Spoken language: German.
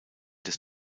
des